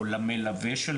או למלווה של